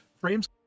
frames